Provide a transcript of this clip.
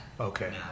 Okay